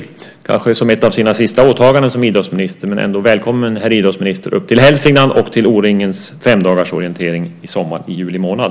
Kanske gör han det som ett av sina sista åtaganden som idrottsminister, men ändå: Välkommen, herr idrottsminister, upp till Hälsingland och till O-Ringens femdagarsorientering i sommar i juli månad!